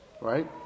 right